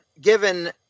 given